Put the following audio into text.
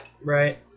right